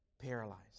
paralyzed